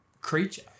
creature